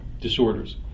disorders